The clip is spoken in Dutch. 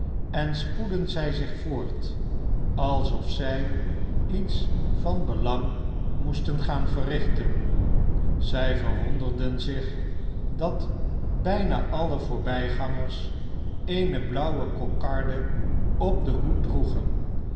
en spoedden zich voort alsof zij iets van belang moesten gaan verrichten zij verwonderden zich dat bijna alle voorbijgangers eene blauwe kokarde op den hoed droegen